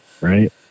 right